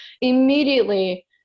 immediately